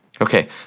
Okay